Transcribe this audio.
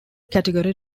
category